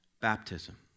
baptism